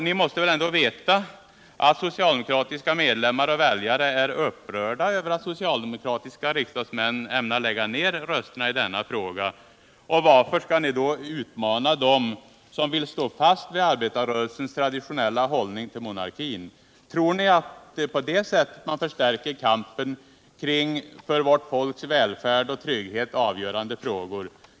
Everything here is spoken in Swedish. Ni måste veta att socialdemokratiska medlemmar och väljare är upprörda över att socialdemokratiska riksdagsmän ämnar lägga ned rösterna i denna fråga. Varför skall ni då utmana dem som vill stå fast vid arbetarrörelsens traditionella hållning till monarkin? Tror ni att det är på det sättet man förstärker kampen kring ”för vårt folks välfärd och trygghet avgörande frågor”?